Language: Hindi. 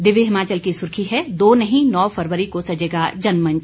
दिव्य हिमाचल की सुर्खी है दो नहीं नौ फरवरी को सजेगा जनमंच